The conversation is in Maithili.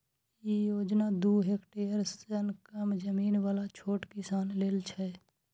ई योजना दू हेक्टेअर सं कम जमीन बला छोट किसान लेल छै